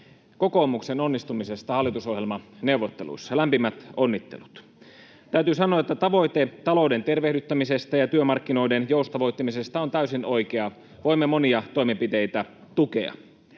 kokoomuksen onnistumisesta hallitusohjelmaneuvotteluissa — lämpimät onnittelut! Täytyy sanoa, että tavoite talouden tervehdyttämisestä ja työmarkkinoiden joustavoittamisesta on täysin oikea. Voimme monia toimenpiteitä tukea.